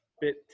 bit